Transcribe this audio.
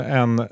en